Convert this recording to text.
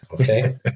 Okay